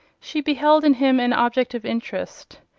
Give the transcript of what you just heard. she beheld in him an object of interest.